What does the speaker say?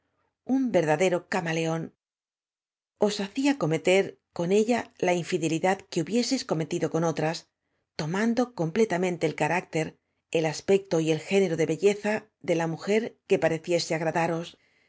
un verdadero camaleóni os ha cía cometer con ella la inñdeiidad que hubieseis cometido con otras tomando completamente el carácter el aspecto y el género de belleza de la mijer que pareciese agradaros